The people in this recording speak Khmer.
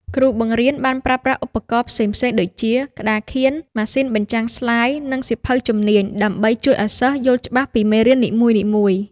គ្រូបង្រៀនបានប្រើប្រាស់ឧបករណ៍ផ្សេងៗដូចជា ក្តារខៀន ម៉ាស៊ីនបញ្ចាំងស្លាយ និងសៀវភៅជំនាញ ដើម្បីជួយឱ្យសិស្សយល់ច្បាស់ពីមេរៀននីមួយៗ។